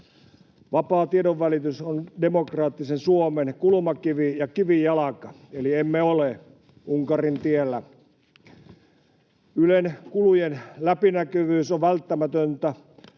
Vapaa tiedonvälitys on demokraattisen Suomen kulmakivi ja kivijalka, eli emme ole Unkarin tiellä. Ylen kulujen läpinäkyvyys on välttämätöntä.